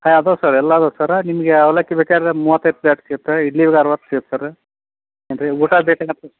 ಹಾಂ ಅದಾವೆ ಸರ್ ಎಲ್ಲ ಅದಾವೆ ಸರ ನಿಮಗೆ ಅವಲಕ್ಕಿ ಬೇಕಾದರೆ ಮೂವತ್ತೈದು ಪ್ಲೇಟ್ ಸಿಗುತ್ತೆ ಇಡ್ಲಿದು ಅರವತ್ತು ಸಿಗತ್ತೆ ಸರ್ ಊಟ ಬೇಕಾಗತ್ತಾ